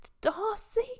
Darcy